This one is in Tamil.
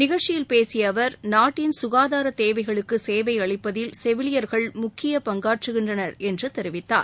நிகழ்ச்சியில் பேசிய அவர் நாட்டின் சுகாதார தேவைகளுக்கு சேவை அளிப்பதில் செவிலியர்கள் முக்கிய பங்காற்றுகின்றனர் என்று தெரிவித்தார்